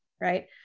right